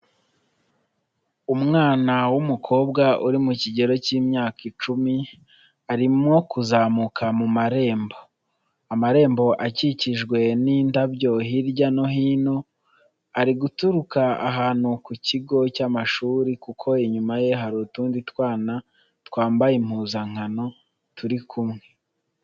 Umwana w'umukobwa uri mu kigero cy'imyaka icumi arimo kuzamuka mu marembo, amarembo akikijwe n'indabyo hirya no hino ari guturuka ahantu ku kigo cy'amashuri kuko inyuma ye hari utundi twana twambaye impuzankano turi kumwe.